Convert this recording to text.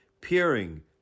peering